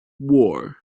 war